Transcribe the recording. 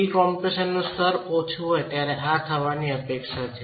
pre કમ્પ્રેશનનું સ્તર ઓછું હોય ત્યારે આ થવાની અપેક્ષા છે